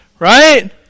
Right